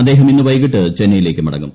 അദ്ദേഹം ഇന്ന് വൈകിട്ട് ചെന്നൈയിലേക്ക് മടങ്ങും